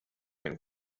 and